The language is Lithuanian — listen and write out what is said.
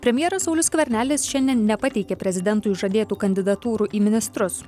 premjeras saulius skvernelis šiandien nepateikė prezidentui žadėtų kandidatūrų į ministrus